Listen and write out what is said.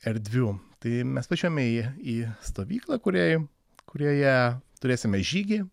erdvių tai mes važiuojame į į stovyklą kuri kurioje turėsime žygį